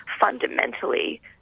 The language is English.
fundamentally